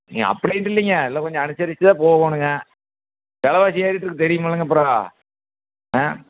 ஏங்க அப்படின்ட்டு இல்லைங்க எல்லாம் கொஞ்சம் அனுசரிச்சு தான் போகோணுங்க வெலைவாசி ஏறிவிட்டு இருக்குது தெரியுமுல்லைங்கப்புறம் ஆ